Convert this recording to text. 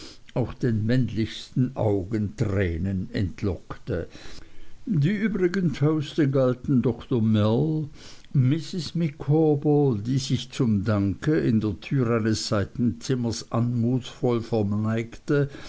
auch den männlichsten augen tränen entlockte die übrigen toaste galten dr mell mrs micawber die sich zum danke in der tür eines seitenzimmers anmutsvoll